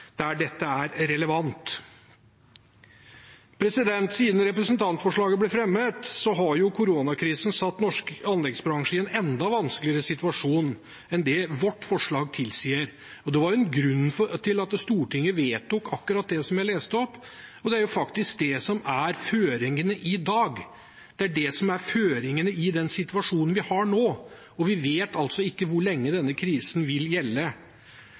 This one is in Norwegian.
der dette er relevant Siden representantforslaget ble fremmet, har koronakrisen satt norsk anleggsbransje i en enda vanskeligere situasjon enn det vårt forslag tilsier, og det var en av grunnene til at Stortinget vedtok akkurat det jeg leste opp. Og det er faktisk det som er føringene i dag; det er det som er føringene i den situasjonen vi har nå, og vi vet altså ikke hvor lenge denne krisen vil